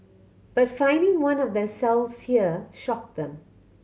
but finding one of their cells here shocked them